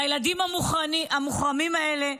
לילדים המוחרמים האלה,